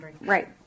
right